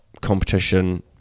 competition